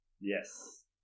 Yes